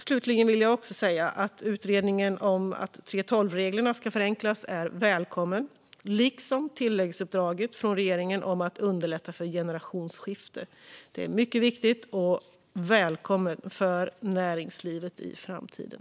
Slutligen vill jag också säga att utredningen om att 3:12reglerna ska förenklas är välkommen, liksom tilläggsuppdraget från regeringen om att underlätta för generationsskifte. Det är mycket viktigt och välkommet för näringslivet i framtiden.